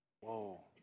Whoa